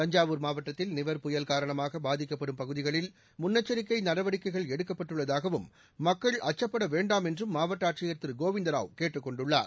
தஞ்சாவூர் மாவட்டத்தில் நிவர் புயல் காரணமாக பாதிக்கப்படும் பகுதிகளில் முன்னெச்சரிக்கை நடவடிக்கைகள் எடுக்கப்பட்டுள்ளதாகவும் மக்கள் அச்சப்பட வேண்டாம் என்றும் மாவட்ட ஆட்சியர் திரு கோவிந்த ராவ் கேட்டுக்கொண்டுள்ளார்